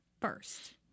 first